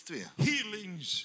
Healings